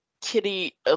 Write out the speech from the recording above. kitty